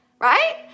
Right